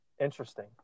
interesting